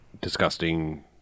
disgusting